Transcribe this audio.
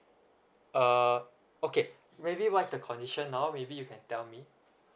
uh okay maybe what's the condition now maybe you can tell me